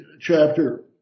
chapter